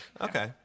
Okay